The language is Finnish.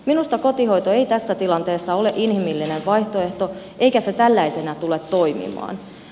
minusta kotihoito ei tässä tilanteessa ole inhimillinen vaihtoehto eikä se tällaisena tule toimimaan